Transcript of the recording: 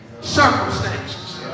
circumstances